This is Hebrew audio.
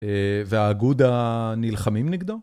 והאגודה נלחמים נגדו?